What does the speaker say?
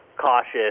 cautious